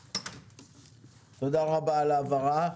תודה רבה על ההבהרה.